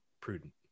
prudent